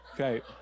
Okay